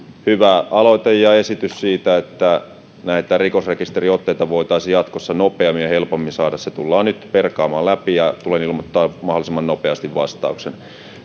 hyvä aloite ja esitys siitä että näitä rikosrekisteriotteita voitaisiin jatkossa nopeammin ja helpommin saada tullaan nyt perkaamaan läpi ja tulen ilmoittamaan mahdollisimman nopeasti vastauksen